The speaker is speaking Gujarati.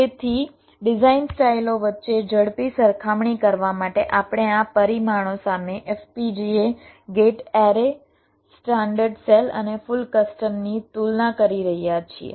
તેથી ડિઝાઇન સ્ટાઈલઓ વચ્ચે ઝડપી સરખામણી કરવા માટે આપણે આ પરિમાણો સામે FPGA gate array standard cell અને ફુલ કસ્ટમની તુલના કરી રહ્યા છીએ